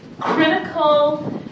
critical